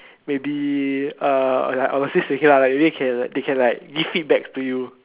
maybe uh like I will say to him uh maybe they can they can like give feedback to you